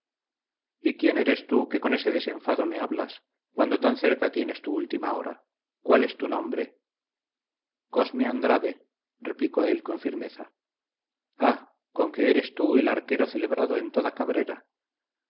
y quién eres tú que con ese desenfado me hablas cuando tan cerca tienes tu última hora cuál es tu nombre cosme andrade replicó él con firmeza ah conque eres tú el arquero celebrado en toda cabrera